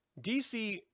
DC